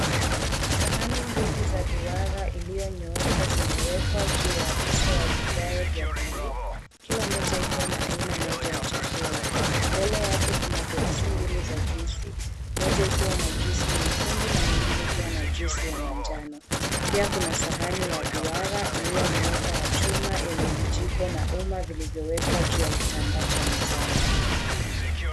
Sahani mbili za duara iliyonyooka zimewekwa juu ya uso wa vigae vya buluu, kila moja ikiwa na aina moja ya chakula. Mbele yake kuna glasi mbili za juisi, moja ikiwa na juisi nyekundu na nyingine ikiwa na juisi ya manjano. Pia kuna sahani ya duara iliyonyooka ya chuma yenye vijiko na uma vilivyowekwa juu ya kitambaa cha mezani.